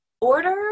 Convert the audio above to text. order